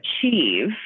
achieve